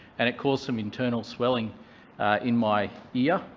and it caused some internal swelling in my ear,